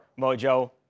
Mojo